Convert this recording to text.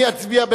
להסיר.